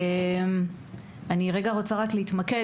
אני רוצה להתמקד,